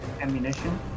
ammunition